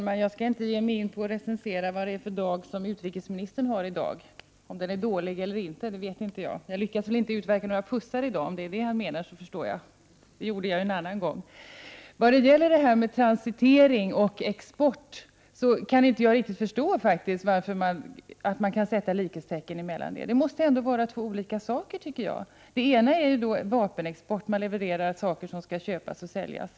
Herr talman! Jag skall inte recensera den dag utrikesministern har i dag — om den är dålig eller inte vet inte jag. Jag lyckas väl inte utverka några pussar i dag, förstår jag, om det är det utrikesministern menar. Det gjorde jag nämligen en annan gång. Jag kan faktiskt inte förstå att man kan sätta likhetstecken mellan transitering och export. Det måste vara två olika saker tycker jag. Vapenexport innebär att man levererar varor som har köpts eller sålts.